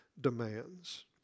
demands